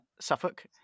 Suffolk